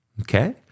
Okay